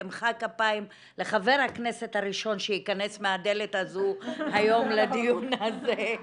ואמחא כפיים לחבר הכנסת הראשון שייכנס מהדלת הזו היום לדיון הזה.